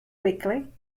quickly